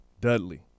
Dudley